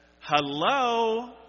Hello